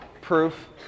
proof